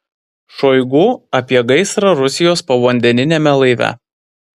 šoigu apie gaisrą rusijos povandeniniame laive